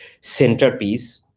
centerpiece